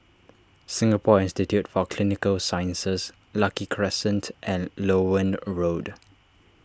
Singapore Institute for Clinical Sciences Lucky Crescent and Loewen Road